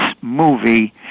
movie